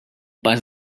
pas